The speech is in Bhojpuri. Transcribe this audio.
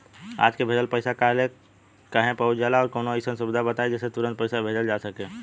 आज के भेजल पैसा कालहे काहे पहुचेला और कौनों अइसन सुविधा बताई जेसे तुरंते पैसा भेजल जा सके?